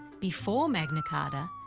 before magna carta,